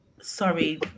Sorry